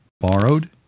borrowed